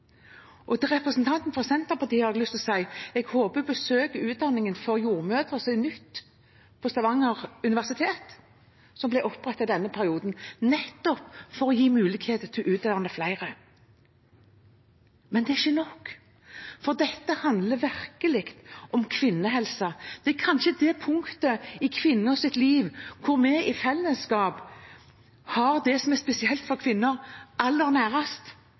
å si: Jeg håper hun besøker utdanningen for jordmødre ved Universitetet i Stavanger, som er nytt, og som ble opprettet i denne perioden, nettopp for å gi muligheter til å utdanne flere. Men det er ikke nok, for dette handler virkelig om kvinnehelse. Det er kanskje det punktet i kvinners liv hvor vi i fellesskap har det som er spesielt for kvinner, aller